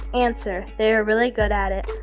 answer they are really good at it.